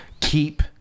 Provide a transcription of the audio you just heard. keep